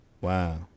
wow